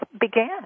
began